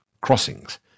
Crossings